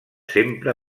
sempre